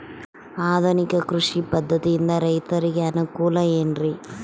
ಆಧುನಿಕ ಕೃಷಿ ಪದ್ಧತಿಯಿಂದ ರೈತರಿಗೆ ಅನುಕೂಲ ಏನ್ರಿ?